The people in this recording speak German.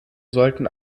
sollten